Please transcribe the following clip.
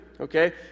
Okay